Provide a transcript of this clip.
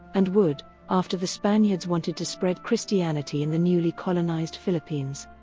and wood after the spaniards wanted to spread christianity in the newly colonized philippines.